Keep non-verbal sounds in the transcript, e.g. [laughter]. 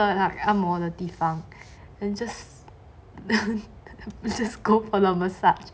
一个按摩的地方 then just [laughs] just go for the massage